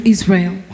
Israel